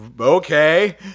Okay